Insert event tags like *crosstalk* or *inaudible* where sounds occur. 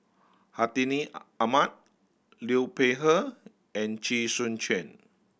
Hartinah *unintelligible* Ahmad Liu Peihe and Chee Soon Juan